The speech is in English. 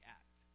act